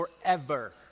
forever